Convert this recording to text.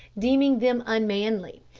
deeming them unmanly,